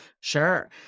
Sure